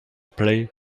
play